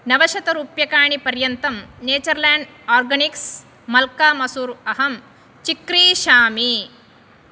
नवशतरूप्यकाणि पर्यन्तं Nature Land Organics मल्का मसूर् अहं चिक्रीषामि